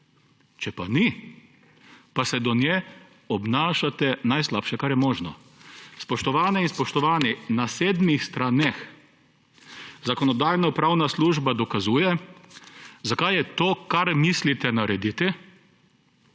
Če pa ni, pa se do nje obnašate najslabše, kar je možno. Spoštovane in spoštovani! Na sedmih straneh Zakonodajno-pravna služba dokazuje, zakaj je to, kar mislite narediti,